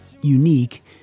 unique